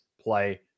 play